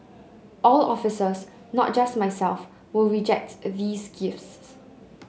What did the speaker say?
all officers not just myself will reject these gifts